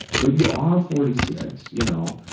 but you are forty six, you know,